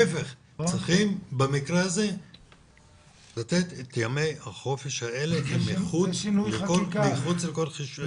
צריכים במקרה הזה לתת את ימי החופש האלה מחוץ לכל חישוב ימי החופש.